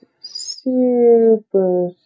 super